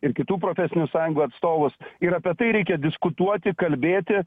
ir kitų profesinių sąjungų atstovus ir apie tai reikia diskutuoti kalbėti